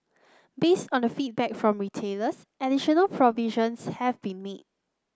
based on the feedback from retailers additional provisions have been made